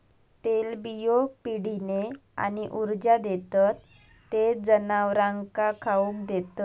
तेलबियो पिढीने आणि ऊर्जा देतत ते जनावरांका खाउक देतत